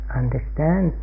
understand